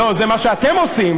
לא, זה מה שאתם עושים.